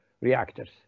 reactors